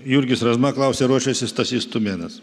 jurgis razma klausia ruošiasi stasys tumėnas